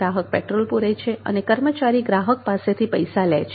ગ્રાહક પેટ્રોલ પૂરે છે અને કર્મચારી ગ્રાહક પાસેથી પૈસા લે છે